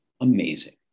amazing